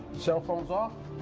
cellphones off?